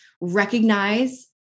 recognize